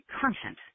content